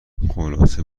خلاصه